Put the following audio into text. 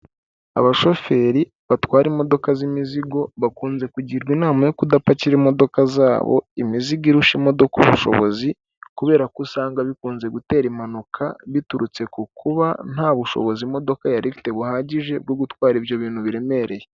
Abashoferi batwara imodoka z'imizigo bakunze kugirwa inama yo kudapakira imodoka zabo imizigo irusha imodoka ubushobozi kubera ko usanga bikunze gutera impanuka biturutse ku kuba nta bushobozi imodoka yarite buhagije bwo gutwara ibyo bintu biremereye.